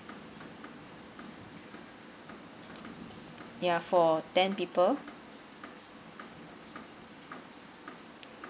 ya for ten people